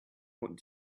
what